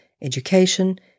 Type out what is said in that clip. education